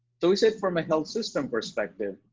so we said from a health system perspective,